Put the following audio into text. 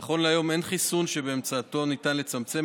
נכון להיום אין חיסון שבאמצעותו ניתן לצמצם